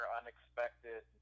unexpected